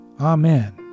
Amen